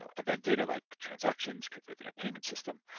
ah event data like transactions could live in a payment system.